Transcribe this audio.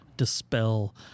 Dispel